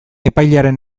epailearen